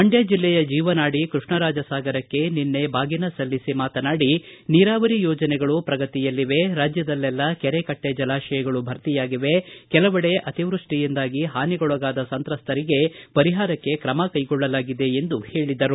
ಮಂಡ್ಯ ಜಿಲ್ಲೆಯ ಜೀವನಾಡಿ ಕೃಷ್ಣರಾಜ ಸಾಗರಕ್ಕೆ ನಿನ್ನೆ ಬಾಗಿನ ಸಲ್ಲಿಸಿ ಮಾತನಾಡಿ ನೀರಾವರಿ ಯೋಜನೆಗಳು ಪ್ರಗತಿಯಲ್ಲಿವೆ ರಾಜ್ಯದಲ್ಲೆಲ್ಲಾ ಕೆರೆ ಕಟ್ಟೆ ಜಲಾಶಯಗಳು ಭರ್ತಿಯಾಗಿವೆ ಕೆಲವಡೆ ಅತಿವೃಷ್ಷಿಯಿಂದಾಗಿ ಹಾನಿಗೊಳಗಾದ ಸಂತ್ರಸ್ತರಿಗೆ ಪರಿಹಾರಕ್ಕೆ ತ್ರಮ ಕೈಗೊಳ್ಳಲಾಗಿದೆ ಎಂದು ಹೇಳಿದರು